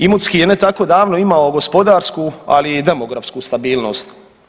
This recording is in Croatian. Imotski je ne tako davno imao gospodarsku, ali i demografsku stabilnost.